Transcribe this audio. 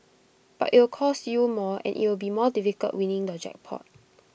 but it'll cost you more and IT will be more difficult winning the jackpot